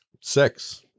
six